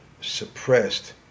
suppressed